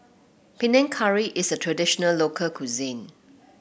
Panang Curry is a traditional local cuisine